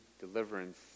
deliverance